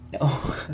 no